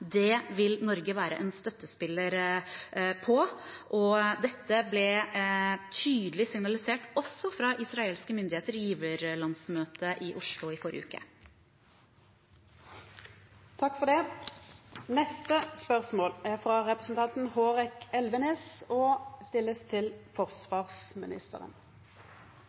Det vil Norge være en støttespiller for. Dette ble tydelig signalisert, også fra israelske myndigheters side, i giverlandsmøtet i Oslo i forrige